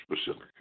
specific